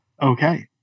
Okay